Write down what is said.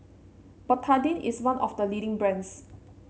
Betadine is one of the leading brands